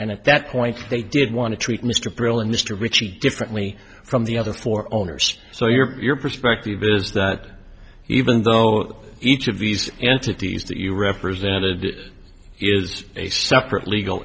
and at that point they did want to treat mr brill and mr ricci differently from the other four owners so your perspective is that even though each of these entities that you represented is a separate legal